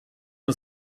und